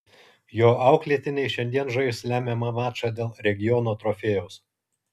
jo auklėtiniai šiandien žais lemiamą mačą dėl regiono trofėjaus